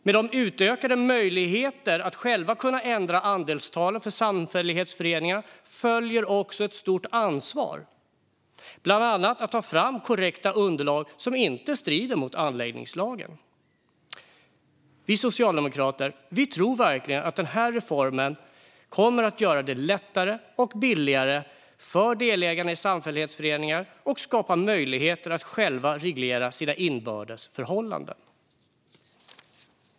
Med de utökade möjligheterna att själva ändra andelstalen för samfällighetsföreningarna följer också ett stort ansvar, bland annat att ta fram korrekta underlag som inte strider emot anläggningslagen. Vi socialdemokrater tror verkligen att den här reformen kommer att göra det lättare och billigare för delägarna i samfällighetsföreningar och skapar möjligheter för dem att själva reglera sina inbördes förhållanden.